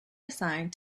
assigned